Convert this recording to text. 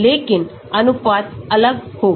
लेकिन अनुपात अलग होगा